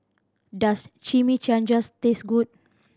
does Chimichangas taste good